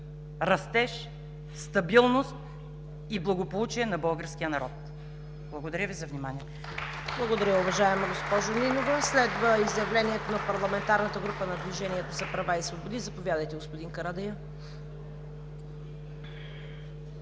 растеж, стабилност и благополучие на българския народ. Благодаря Ви за вниманието.